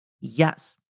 Yes